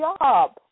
job